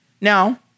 Now